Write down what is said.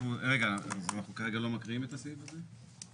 רגע, אנחנו כרגע לא מקריאים את הסעיף הזה?